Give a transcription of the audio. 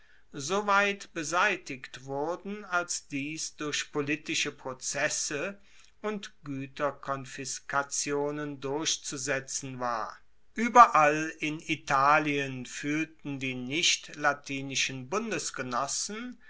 leute soweit beseitigt wurden als dies durch politische prozesse und gueterkonfiskationen durchzusetzen war ueberall in italien fuehlten die nichtlatinischen